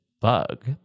bug